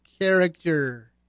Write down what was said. character